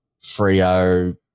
Frio